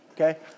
okay